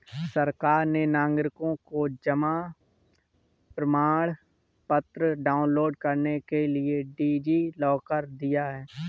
सरकार ने नागरिकों को जमा प्रमाण पत्र डाउनलोड करने के लिए डी.जी लॉकर दिया है